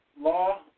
law